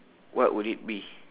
what would it be